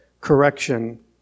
correction